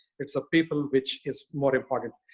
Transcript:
it's people which is more important.